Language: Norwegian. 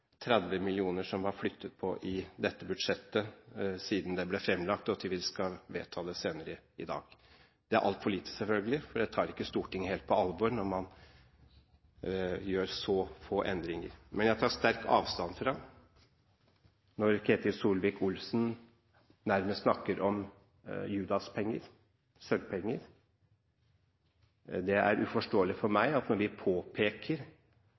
30 mill. kr som var flyttet på i dette budsjettet siden det ble framlagt, og til vi skal vedta det senere i dag. Det er selvfølgelig altfor lite, for man tar ikke Stortinget helt på alvor når man gjør så få endringer. Men jeg tar sterk avstand fra at Ketil Solvik-Olsen nærmest snakker om dette som Judas-penger, sølvpenger. Det er uforståelig for meg når vi påpeker